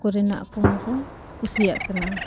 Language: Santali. ᱠᱚᱨᱮᱱᱟᱜ ᱠᱚᱦᱚᱸ ᱠᱚ ᱠᱩᱥᱤᱭᱟᱜ ᱠᱟᱱᱟ